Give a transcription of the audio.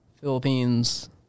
Philippines